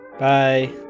Bye